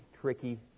tricky